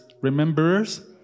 Rememberers